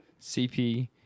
CP